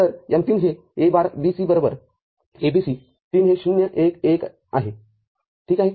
तर m३ हे A बार B C बरोबर A B C ३ हे ० १ १ आहे ठीक आहे